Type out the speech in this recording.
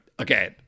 Okay